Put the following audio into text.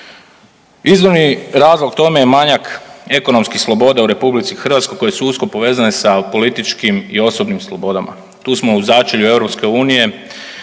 Izvorni razlog tome je manjak ekonomskih sloboda u RH koje su usko povezane sa političkim i osobnim slobodama. Tu smo u začelju EU